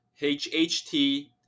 HHT